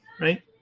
right